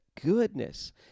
Goodness